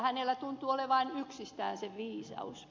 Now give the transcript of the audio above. hänellä tuntuu olevan yksistään se viisaus